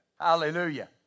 Hallelujah